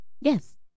Yes